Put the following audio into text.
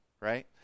right